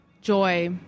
Joy